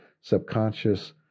subconscious